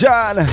John